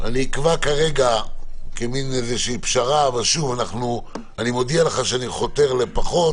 אני אקבע כרגע כפשרה אבל אני מודיע לך שאני חותר לפחות